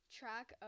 track